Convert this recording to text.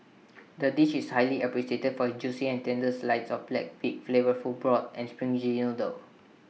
the dish is highly appreciated for its juicy and tender slides of black pig flavourful broth and springy noodles